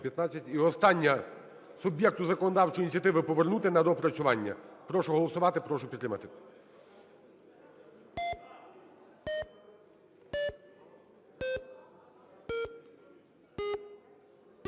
І остання. Суб'єкту законодавчої ініціативи повернути на доопрацювання. Прошу голосувати, прошу підтримати.